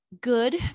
good